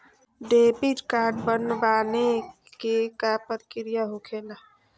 Debit card बनवाने के का प्रक्रिया होखेला?